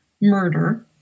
murder